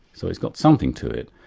so it's got something to it.